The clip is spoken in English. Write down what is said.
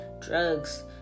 drugs